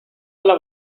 alla